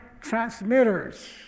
transmitters